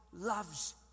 loves